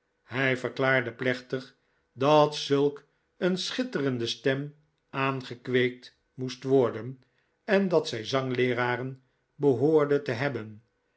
hij verklaarde plechtig dat zulk een schitterende stem aangekweekt moest worden en dat zij zangleeraren behoorde te hebben